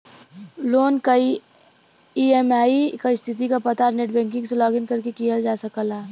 loan क EMI क स्थिति क पता नेटबैंकिंग से लॉगिन करके किहल जा सकला